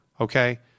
okay